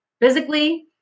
physically